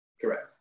Correct